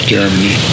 Germany